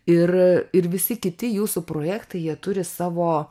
ir ir visi kiti jūsų projektai jie turi savo